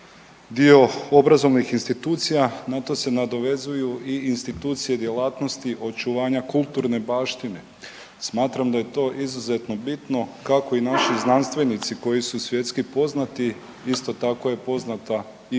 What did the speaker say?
dio obrazovnih institucija, na to se nadovezuju i institucije djelatnosti očuvanja kulturne baštine. Smatram da je to izuzetno bitno kako i naši znanstvenici koji su svjetski poznati, isto tako je poznata i